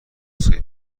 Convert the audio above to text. نسخه